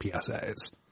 psa's